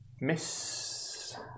Miss